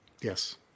Yes